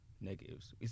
negatives